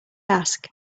ask